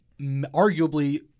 arguably